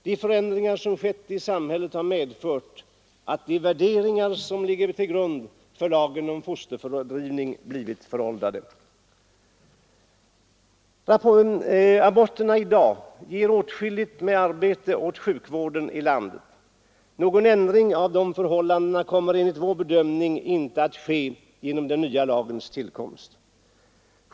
De förändringar som skett i samhället har medfört att de värderingar som ligger till grund för lagen om fosterfördrivning blivit föråldrade. Aborterna ger i dag åtskilligt arbete åt sjukvården i landet. Någon ändring av detta förhållande kommer enligt vår bedömning inte att ske genom den nya lagens tillkomst.